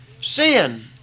Sin